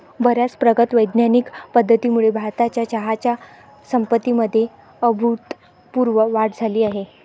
बर्याच प्रगत वैज्ञानिक पद्धतींमुळे भारताच्या चहाच्या संपत्तीमध्ये अभूतपूर्व वाढ झाली आहे